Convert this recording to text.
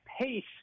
pace